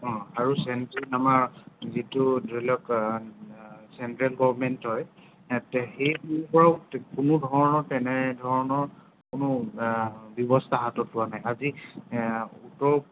অঁ আৰু চেণ্ট্ৰেল আমাৰ যিটো ধৰি লওক চেণ্ট্ৰেল গভৰ্ণমেণ্ট হয় সিহঁতে সেইবোৰত কোনোধৰণৰ তেনেধৰণত কোনো ব্যৱস্থা হাতত লোৱা নাই আজি উত্তৰ